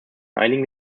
einigen